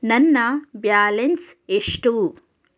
ನನ್ನ ಬ್ಯಾಲೆನ್ಸ್ ಎಷ್ಟು?